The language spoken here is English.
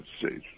States